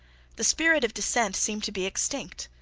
the spirit of dissent seemed to be extinct.